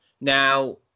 Now